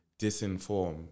disinform